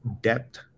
depth